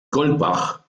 goldbach